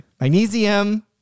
Magnesium